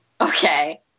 Okay